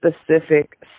specific